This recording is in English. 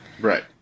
Right